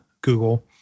Google